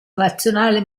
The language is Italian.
nazionale